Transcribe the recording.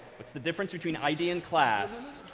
what's the difference between id and class?